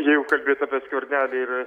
jeigu kalbėti apie skvernelį ir